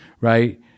right